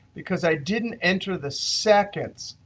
because i didn't enter the seconds,